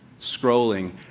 scrolling